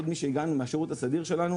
עוד משהגענו מהשירות הסדיר שלנו,